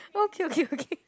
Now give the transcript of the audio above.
okay okay okay